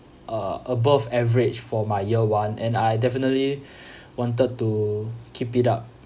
uh above average for my year one and I definitely wanted to keep it up